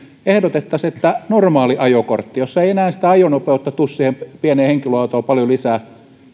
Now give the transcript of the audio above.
ehdottaisimme normaalin ajokortin kohdalla jossa ei enää sitä ajonopeutta tule siihen pieneen henkilöautoon paljon lisää